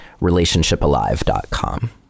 relationshipalive.com